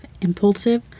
impulsive